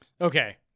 Okay